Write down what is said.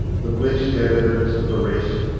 the police gave evidence of arrest,